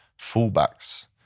fullbacks